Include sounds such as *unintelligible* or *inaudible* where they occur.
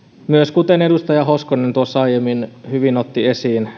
kuten edustaja hoskonen tuossa aiemmin hyvin otti esiin *unintelligible*